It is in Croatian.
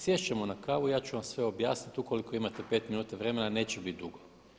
Sjest ćemo na kavu i ja ću vam sve objasniti ukoliko imate pet minuta vremena neće bit dugo.